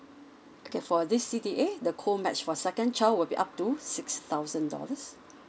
okay for this C D A the co match for second child would be up to six thousand dollars